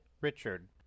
Richard